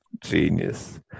genius